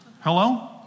Hello